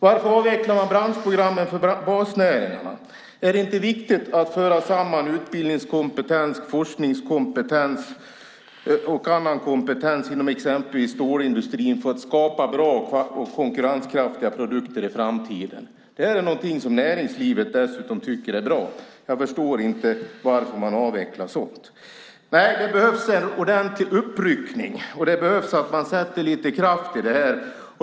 Varför avvecklar man branschprogrammen för basnäringarna? Är det inte viktigt att föra samman utbildningskompetens, forskningskompetens och annan kompetens inom exempelvis stålindustrin för att skapa bra och konkurrenskraftiga produkter i framtiden? Det här är någonting som näringslivet dessutom tycker är bra. Jag förstår inte varför man avvecklar sådant. Det behövs en ordentlig uppryckning, och det behövs att man sätter lite kraft i detta.